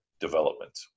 development